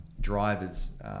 drivers